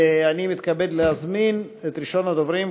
ואני מתכבד להזמין את ראשון הדוברים,